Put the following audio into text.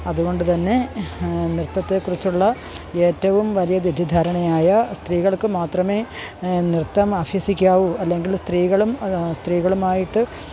അതുകൊണ്ട് തന്നെ നൃത്തത്തെ കുറിച്ചുള്ള ഏറ്റവും വലിയ തെറ്റിദ്ധാരണയായ സ്ത്രീകൾക്ക് മാത്രമേ നൃത്തം അഭ്യസിക്കാവു അല്ലെങ്കിൽ സ്ത്രീകളും അത് ആ സ്ത്രീകളുമായിട്ട്